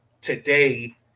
today